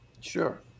Sure